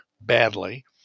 badly